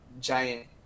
giant